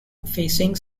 facing